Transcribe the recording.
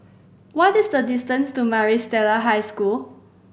what is the distance to Maris Stella High School